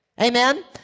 Amen